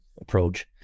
approach